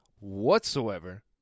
whatsoever